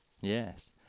Yes